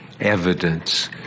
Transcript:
evidence